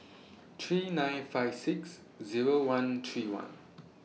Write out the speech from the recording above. three nine five six Zero one three one